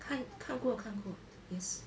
看看过看过 yes